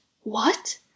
What